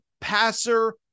passer